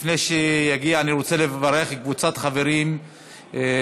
לפני שהוא יגיע אני רוצה לברך קבוצת חברים מארצות-הברית,